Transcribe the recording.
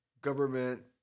government